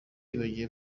wibagiwe